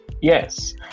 Yes